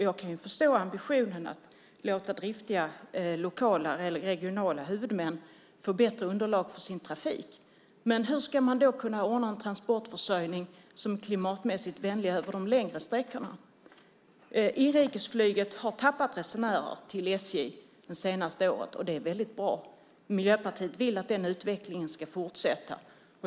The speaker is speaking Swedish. Jag kan förstå ambitionen att låta driftiga lokala eller regionala huvudmän få bättre underlag för sin trafik. Men hur ska man då kunna ordna en transportförsörjning som är klimatmässigt vänlig över de längre sträckorna? Inrikesflyget har tappat resenärer till SJ det senaste året. Det är väldigt bra. Miljöpartiet vill att den utvecklingen ska fortsätta.